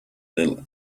little